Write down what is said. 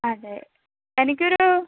അതെ എനിക്കൊരു